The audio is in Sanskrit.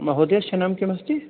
महोदयस्य नाम किम् अस्ति